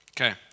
okay